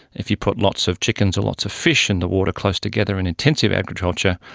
if you put lots of chickens or lots of fish in the water close together in intensive agriculture,